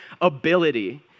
ability